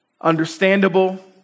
understandable